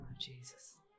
Jesus